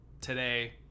today